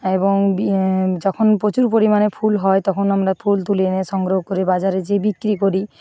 এবং যখন প্রচুর পরিমাণে ফুল হয় তখন আমরা ফুল তুলে এনে সংগ্রহ করে বাজারে যেয়ে বিক্রি করি